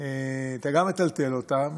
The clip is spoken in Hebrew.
אתה גם מטלטל אותם